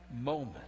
moment